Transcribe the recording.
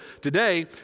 today